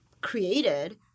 created